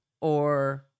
or-